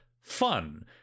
fun